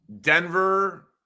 Denver